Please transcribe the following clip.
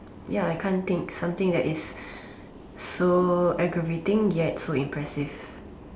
ya I can't think something that is aggravating yet so impressive